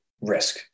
risk